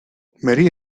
marry